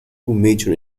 major